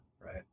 right